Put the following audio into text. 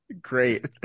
great